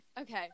Okay